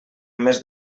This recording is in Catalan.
més